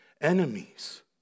enemies